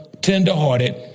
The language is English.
tenderhearted